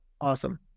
Awesome